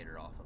off